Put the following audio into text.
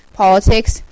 politics